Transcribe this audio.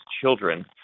children